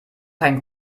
kein